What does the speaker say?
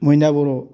मैना बर'